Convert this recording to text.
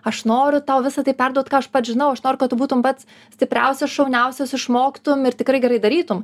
aš noriu tau visa tai perduot ką aš pats žinau aš noriu kad tu būtum pats stipriausias šauniausias išmoktum ir tikrai gerai darytum